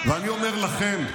ואני אומר לכם,